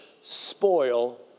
spoil